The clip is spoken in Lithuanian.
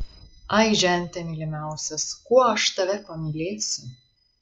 ai žente mylimiausias kuo aš tave pamylėsiu